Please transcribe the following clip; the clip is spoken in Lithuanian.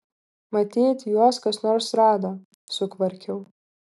matyt juos kas nors rado sukvarkiau